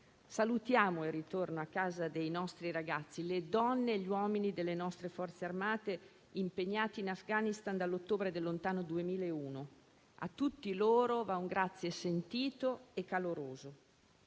salutiamo il ritorno a casa dei nostri ragazzi, delle donne e degli uomini delle nostre Forze armate impegnati in Afghanistan dall'ottobre del lontano 2001. A tutti loro va un ringraziamento sentito e caloroso.